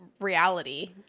reality